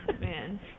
Man